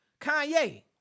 Kanye